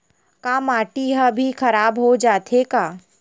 का माटी ह भी खराब हो जाथे का?